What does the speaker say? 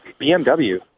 BMW